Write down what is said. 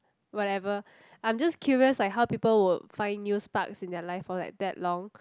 whatever I'm just curious like how people would find new sparks in their life for like that long